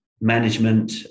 management